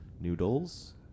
noodles